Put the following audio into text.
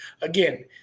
Again